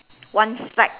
one side